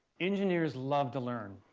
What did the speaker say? engineers love to learn.